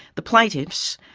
the plaintiffs,